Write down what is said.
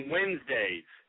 Wednesdays